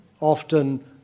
often